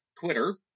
Twitter